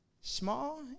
small